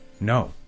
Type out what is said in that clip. No